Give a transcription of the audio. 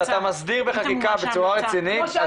כשאתה מסדיר בחקיקה בצורה רצינית,